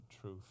truth